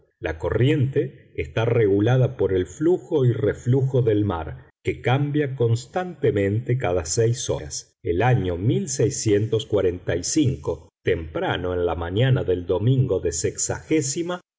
la corriente está regulada por el flujo y reflujo del mar que cambia constantemente cada seis horas el año temprano en la mañana del domingo de sexagésima